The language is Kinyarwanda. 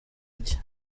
iki